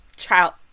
child